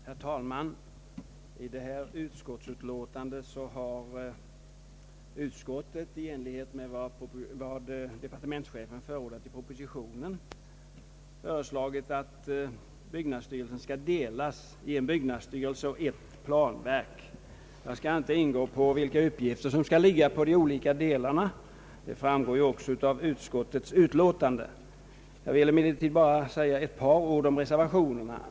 Herr talman! I detta utlåtande har utskottet i enlighet med vad departe mentschefen förordat i propositionen föreslagit att byggnadsstyrelsen skall uppdelas i en byggnadsstyrelse och ett planverk. Jag skall inte gå in på frågan om vilka uppgifter som skall ligga på de olika delarna. Det framgår ju av utskottsutlåtandet. Jag vill bara anföra några ord om reservationerna.